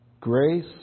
grace